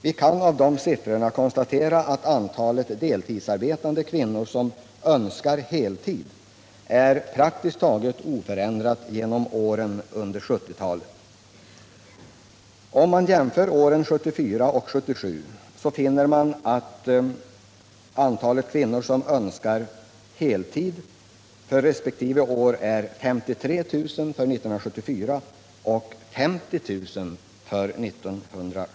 Vi kan av de siffrorna konstatera att antalet deltidsarbetande kvinnor som önskar heltid är praktiskt taget oförändrat genom åren under 1970 talet. Om man jämför åren 1974 och 1977 finner man att antalet kvinnor som önskar heltid är 53 000 resp. 50 000.